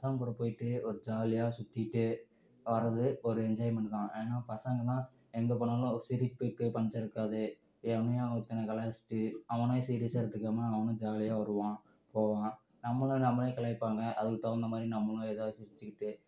பசங்கள் கூட போய்கிட்டு ஒரு ஜாலியாக சுற்றிட்டு வரது ஒரு என்ஜாய்மென்ட் தான் ஏன்னால் பசங்கள்தான் எங்கே போனாலும் சிரிப்புக்கு பஞ்சம் இருக்காது எவனையாது ஒருத்தனை கலாய்ச்சுட்டு அவனே சீரியஸாக எடுத்துக்காமல் அவனும் ஜாலியாக வருவான் போவான் நம்மளும் நம்மளையும் கலாய்ப்பாங்க அதுக்கு தகுந்த மாதிரி நம்மளும் எதாவது சிரிச்சுக்கிட்டே